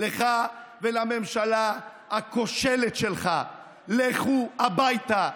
לך ולממשלה הכושלת שלך: לכו הביתה.